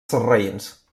sarraïns